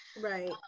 Right